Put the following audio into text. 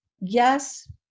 Yes